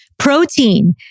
protein